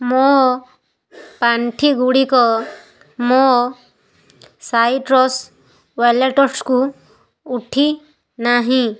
ମୋ ପାଣ୍ଠି ଗୁଡ଼ିକ ମୋ ସାଇଟ୍ରସ୍ ୱାଲେଟ୍କୁ ଉଠି ନାହିଁ